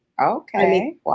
Okay